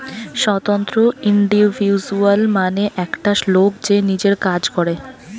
স্বতন্ত্র ইন্ডিভিজুয়াল মানে একটা লোক যে নিজের কাজ করে